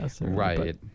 Right